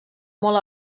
molt